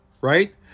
right